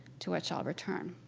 to which i'll return.